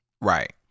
Right